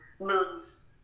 moons